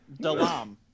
Dalam